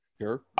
Sure